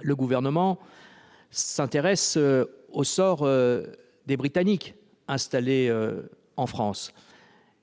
le Gouvernement s'intéresse au sort des Britanniques installés en France :